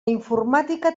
informàtica